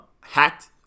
hacked